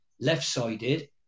left-sided